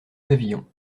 pavillon